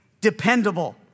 dependable